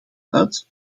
uit